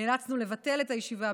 נאלצנו לבטל את הישיבה,